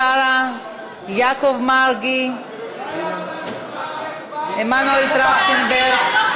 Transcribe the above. עברה בקריאה ראשונה ועוברת לוועדת העבודה,